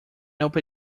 open